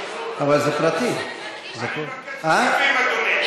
שלושה בעד, אפס מתנגדים, אחד נמנע.